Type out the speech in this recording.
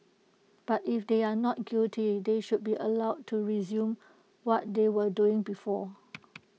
but if they are not guilty they should be allowed to resume what they were doing before